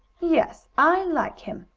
yes, i like him,